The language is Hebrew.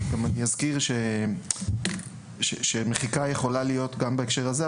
אני אזכיר שמחיקה יכולה להיות גם בהקשר הזה,